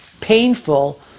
painful